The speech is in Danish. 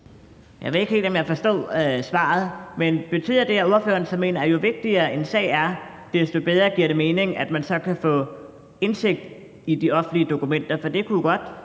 Jeg ved ikke helt, om jeg forstod svaret. Men betyder det, at ordføreren så mener, at jo vigtigere en sag er, desto bedre giver det mening, at man så kan få indsigt i de offentlige dokumenter? For det kunne så godt